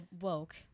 woke